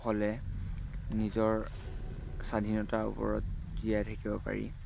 হ'লে নিজৰ স্বাধীনতাৰ ওপৰত জীয়াই থাকিব পাৰি